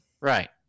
Right